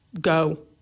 Go